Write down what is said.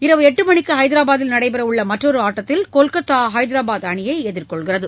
இரவு எட்டு மணிக்கு ஹைதராபாத்தில் நடைபெறவுள்ள மற்றொரு ஆட்டத்தில் கொல்கத்தா ஐதராபாத் அணியைஎதிர்கொள்கிறது